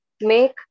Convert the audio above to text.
make